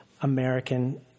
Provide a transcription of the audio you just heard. American